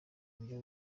buryo